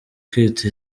kwita